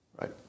Right